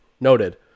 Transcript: Noted